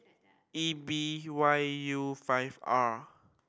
E B Y U five R